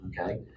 okay